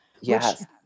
Yes